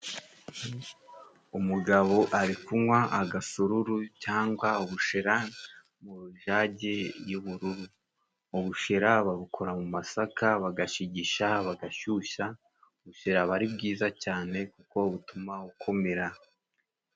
Umugabo ari kunywa agasururu, cyangwa ubushera mu rujage y'ubururu ubushera, babukora mu masaka bagashigisha bagashyushya bushyiraba ari bwiza cyane kuko butuma ukomera.